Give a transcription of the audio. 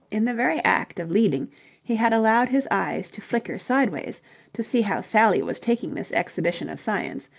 in the very act of leading he had allowed his eyes to flicker sideways to see how sally was taking this exhibition of science,